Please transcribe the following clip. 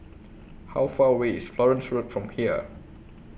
How Far away IS Florence Road from here